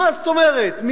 מה זאת אומרת,